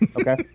Okay